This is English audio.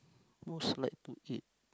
most like to eat